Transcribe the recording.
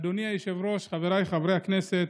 אדוני היושב-ראש, חבריי חברי הכנסת,